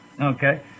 okay